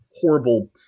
horrible